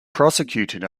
prosecuted